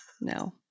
no